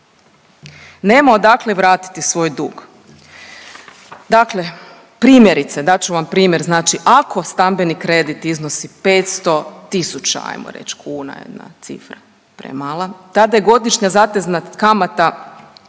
nema odakle vratiti svoj dug. Dakle, primjerice, dat ću vam primjer, znači ako stambeni kredit iznos 500.000 ajmo reć kuna jedna cifra premala, tada je godišnja zatezna kamata